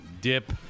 dip